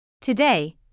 Today